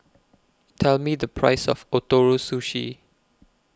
Tell Me The Price of Ootoro Sushi